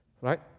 Right